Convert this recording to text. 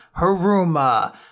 Haruma